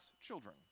children